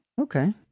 Okay